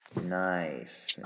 Nice